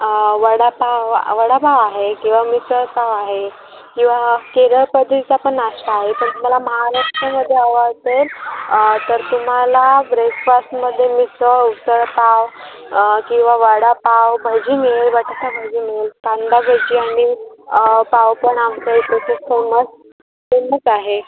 वडापाव वडापाव आहे किंवा मिसळपाव आहे किंवा केरळ पद्धतीचा पण नाश्ता आहे पण तुम्हाला महाराष्ट्रामध्ये हवा असेल तर तुम्हाला ब्रेकफास्टमध्ये मिसळ उसळपाव किंवा वडापाव भजी मिळेल बटाटा भजी मिळेल कांदाभजी आणि पाव पण आमचा इथे खूप फेमस फेमस आहे